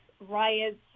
riots